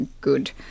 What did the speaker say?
good